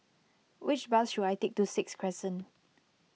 which bus should I take to Sixth Crescent